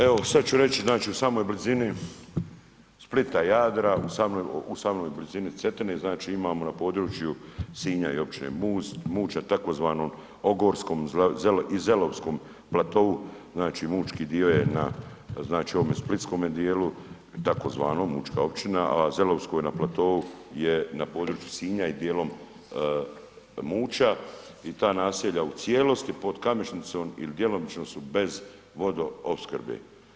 Evo, sad ću reći, znači u samoj blizini Splita, Jadra, u samoj blizini Cetine, znači imamo na području Sinja i općine Muća tzv. Ogorsko i Zelovskom platou, znači mućki dio je na znači ovome splitskome dijelu, tzv. mućka općina, a zelovsko je na platou je na području Sinja i dijelom Muća i ta naselja u cijelosti pod Kamešnicom ili djelomično su bez vodoopskrbe.